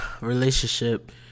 relationship